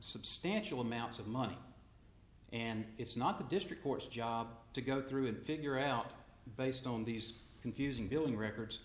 substantial amounts of money and it's not the district court's job to go through and figure out based on these confusing billing records